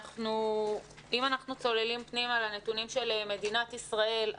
אם אנחנו צוללים פנימה לנתונים של מדינת ישראל,